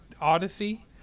Odyssey